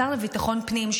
השר לביטחון פנים,